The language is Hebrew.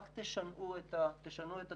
רק תשנעו את הצידניות,